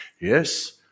Yes